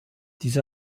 diese